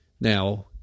Now